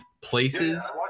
places